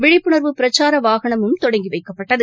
விழிப்புணர்வு பிரச்சாரவாகனமும் தொடங்கிவைக்கப்பட்டது